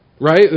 Right